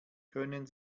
können